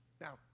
Now